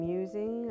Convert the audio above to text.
using